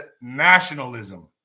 nationalism